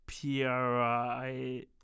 PRI